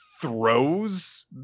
throws